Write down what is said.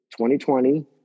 2020